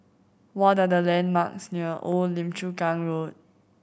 what are the landmarks near Old Lim Chu Kang Road